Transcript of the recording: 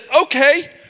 okay